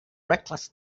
reckless